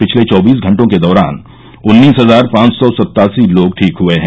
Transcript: पिछले चौबीस घंटों के दौरान उन्नीस हजार पांच सो सत्तासी लोग ठीक हए हैं